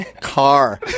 car